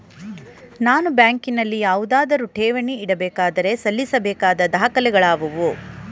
ನಾನು ಬ್ಯಾಂಕಿನಲ್ಲಿ ಯಾವುದಾದರು ಠೇವಣಿ ಇಡಬೇಕಾದರೆ ಸಲ್ಲಿಸಬೇಕಾದ ದಾಖಲೆಗಳಾವವು?